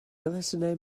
elusennau